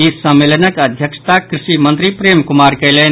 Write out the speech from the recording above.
ई सम्मेलनक अध्यक्षता कॄषि मंत्री प्रेम कुमार कयलनि